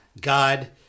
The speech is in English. God